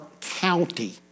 county